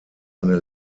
eine